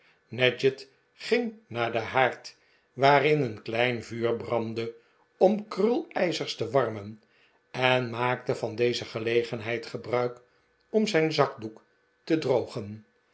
nadgett ging naar den haard waarin een klein vuur brandde om krulijzers te warmen en maakte van deze gelegenheid gebruik om zijn zakdoek te drogen